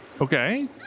Okay